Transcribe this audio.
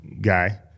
guy